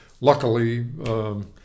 Luckily